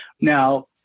now